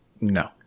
No